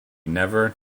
never